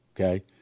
Okay